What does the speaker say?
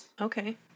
Okay